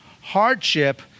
Hardship